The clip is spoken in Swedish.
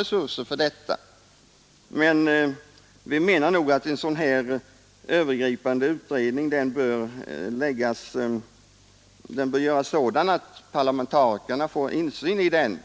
resurser för detta, men vi reservanter menar nog att en sådan här övergripande utredning bör göras sådan att parlamentarikerna kansli. Jag vill inte på något sätt betvivla att man har eller får insyn i den.